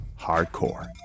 hardcore